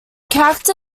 character